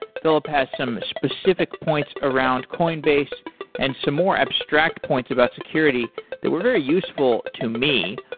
philip has some specific points around coinbase and some more abstract points about security that were very useful to me.